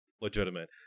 legitimate